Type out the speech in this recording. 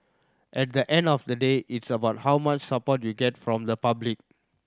at the end of the day it's about how much support you get from the public